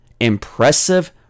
impressive